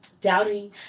doubting